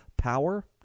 power